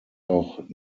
auch